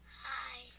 Hi